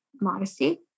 modesty